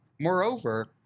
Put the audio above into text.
Moreover